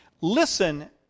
Listen